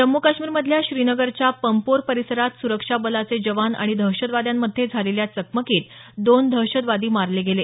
जम्मू काश्मीरमधल्या श्रीनगरच्या पम्पोर परिसरात सुरक्षा बलाचे जवान आणि दहशतवाद्यांमध्ये झालेल्या चकमकीत दोन दहशतवादी मारले गेले